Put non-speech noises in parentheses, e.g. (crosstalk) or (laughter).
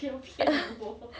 (breath)